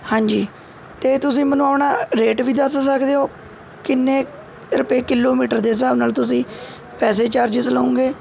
ਹਾਂਜੀ ਅਤੇ ਤੁਸੀਂ ਮੈਨੂੰ ਆਪਣਾ ਰੇਟ ਵੀ ਦੱਸ ਸਕਦੇ ਹੋ ਕਿੰਨੇ ਰੁਪਏ ਕਿੱਲੋਮੀਟਰ ਦੇ ਹਿਸਾਬ ਨਾਲ ਤੁਸੀਂ ਪੈਸੇ ਚਾਰਜਸ ਲਵੋਂਗੇ